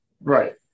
Right